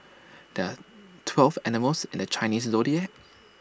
there are twelve animals in the Chinese Zodiac